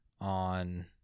on